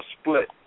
split